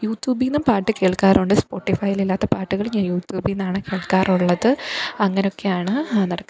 യൂറ്റൂബിൽ നിന്നും പാട്ട് കേള്ക്കാറുണ്ട് സ്പോട്ടിഫൈലിയിൽ ഇല്ലാത്ത പാട്ടുകൾ ഞാൻ യൂറ്റൂബിൽ നിന്നാണ് കേള്ക്കാറുള്ളത് അങ്ങനെയൊക്കെയാണ് നടക്കുന്നത്